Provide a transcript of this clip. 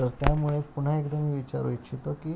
तर त्यामुळे पुन्हा एकदा मी विचारू इच्छितो की